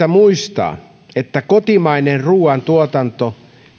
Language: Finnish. muistaa että kotimainen ruuantuotanto